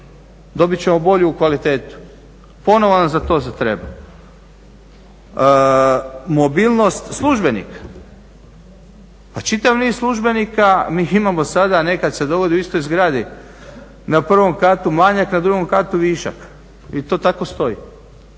Dobit ćemo bolju kvalitetu. Ponovo nam za to treba. Mobilnost službenika, pa čitav niz službenika mi ih imamo sada nekada se dogodi u istoj zgradi na prvom katu manjak, na drugom katu višak i to tako stoji.